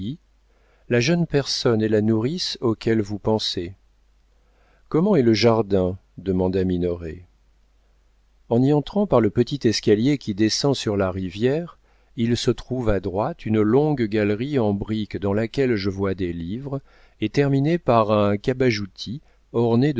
la jeune personne et la nourrice auxquelles vous pensez comment est le jardin demanda minoret en y entrant par le petit escalier qui descend sur la rivière il se trouve à droite une longue galerie en briques dans laquelle je vois des livres et terminée par un cabajoutis orné